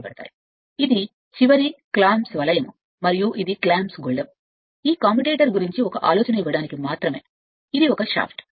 మరియు ఇది చివరి బిగింపు వలయం మరియు ఇది బిగింపు గొళ్ళెం ఇది ఇవ్వడానికి మాత్రమే ఇది ఈ కమ్యుటేటర్ గురించి ఒక ఆలోచన ఇవ్వడానికి ఇది ఒక షాఫ్ట్